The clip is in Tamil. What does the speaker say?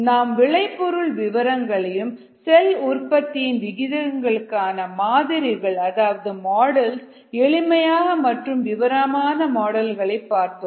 நாம் விளைபொருளின் விவரங்களையும் செல் உற்பத்தியின் விகிதங்களுக்கான மாதிரிகள் அதாவது மாடல்கள் எளிமையான மற்றும் விவரமான மாடல்கள் பற்றி பார்த்தோம்